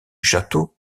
château